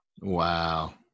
Wow